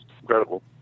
incredible